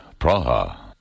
Praha